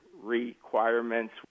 requirements